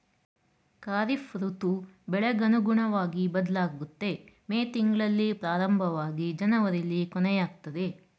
ಖಾರಿಫ್ ಋತು ಬೆಳೆಗ್ ಅನುಗುಣ್ವಗಿ ಬದ್ಲಾಗುತ್ತೆ ಮೇ ತಿಂಗ್ಳಲ್ಲಿ ಪ್ರಾರಂಭವಾಗಿ ಜನವರಿಲಿ ಕೊನೆಯಾಗ್ತದೆ